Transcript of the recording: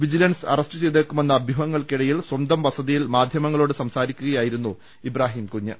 vigilance arrest ചെയ്തേക്കുമെന്ന അഭ്യൂഹങ്ങൾക്കിടയിൽ സ്വന്തം വസതി യിൽ മാധ്യമങ്ങളോട് സംസാരിക്കുകയായിരുന്നു ഇബ്രാഹിം കുഞ്ഞ്